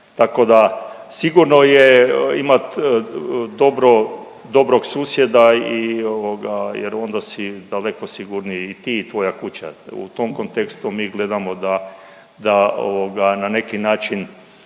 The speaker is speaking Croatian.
Tako da sigurno je imat dobro, dobrog susjeda i ovoga jer onda si daleko sigurniji i ti i tvoja kuća. U tom kontekstu mi gledamo da, da na neki način